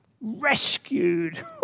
Rescued